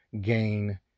Gain